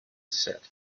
set